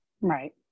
Right